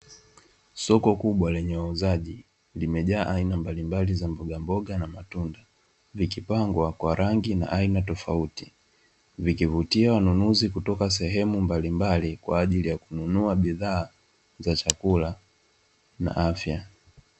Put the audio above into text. Soko kubwa lenye wauzaji limejaa aina mbalimbali za mbogamboga na matunda, likipangwa kwa rangi na aina tofauti, vikivutia wanunuzi kutoka sehemu mbalimbali kwa ajili ya kununua bidhaa za chakula na afya.